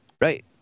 right